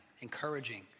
encouraging